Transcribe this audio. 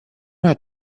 not